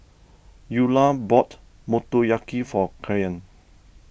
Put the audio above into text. Eula bought Motoyaki for Kyan